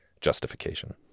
justification